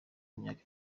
w’imyaka